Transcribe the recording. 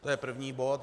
To je první bod.